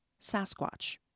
Sasquatch